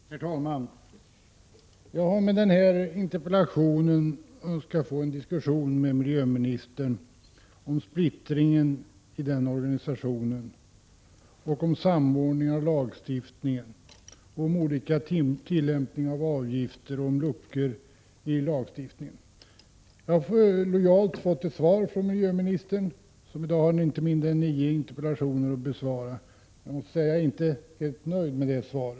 Herr talman! Jag har med denna interpellation önskat få en diskussion med miljöministern om splittringen i organisationen, om en samordning av lagstiftningen, om olika tillämpning av avgifter och om luckor i lagstiftningen på miljöskyddsområdet. Jag har lojalt fått ett svar från miljöministern, som i dag inte har mindre än nio interpellationer att besvara, men jag är inte helt — Prot. 1986/87:119 nöjd med detta svar.